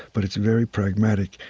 but it's very pragmatic,